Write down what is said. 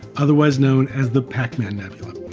otherwise known as the pacman nebula.